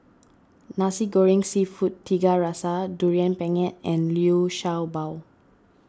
Nasi Goreng Seafood Tiga Rasa Durian Pengat and Liu Sha Bao